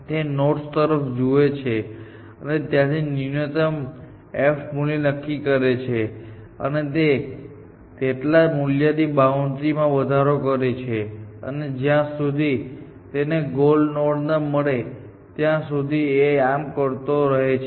તે નોડ્સ તરફ જુએ છે અને ત્યાંથી ન્યૂનતમ f મૂલ્ય નક્કી કરે છે અને તેટલા મૂલ્યથી બાઉન્ડ્રી માં વધારો કરે છે અને જ્યાં સુધી તેને ગોલ નોડ ન મળે ત્યાં સુધી તે આમ કરતો રહે છે